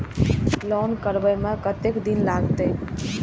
Loan करबे में कतेक दिन लागते?